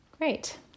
great